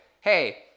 Hey